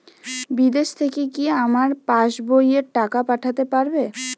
বিদেশ থেকে কি আমার পাশবইয়ে টাকা পাঠাতে পারবে?